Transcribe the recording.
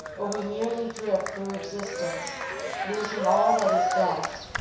or we merely drift through existence losing all that is best,